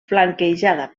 flanquejada